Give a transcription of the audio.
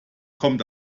kommt